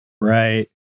Right